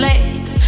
Late